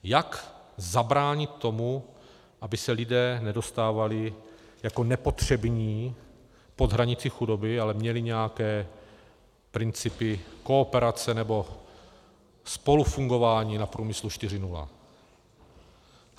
Jak zabránit tomu, aby se lidé nedostávali jako nepotřební pod hranici chudoby, ale měli nějaké principy kooperace nebo spolufungování na Průmyslu 4.0.